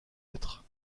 lettre